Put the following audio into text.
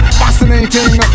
fascinating